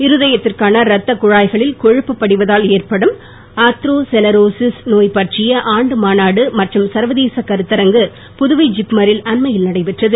இருதயத்திற்கான ரத்தக் குழாய்களில் கொழுப்பு படிவதால் ஏற்படும் ஆதெரோசெலரோசிஸ் நோய் பற்றிய ஆண்டு மாநாடு மற்றும் சர்வதேச கருத்தரங்கு புதுவை ஜிப்மரில் அண்மையில் நடைபெற்றது